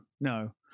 no